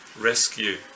rescue